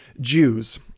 Jews